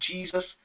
Jesus